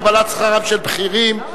הגבלת שכרם של בכירים),